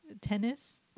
tennis